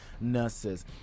nurses